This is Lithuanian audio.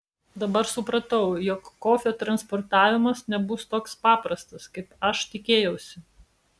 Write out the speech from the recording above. dabar supratau jog kofio transportavimas nebus toks paprastas kaip aš tikėjausi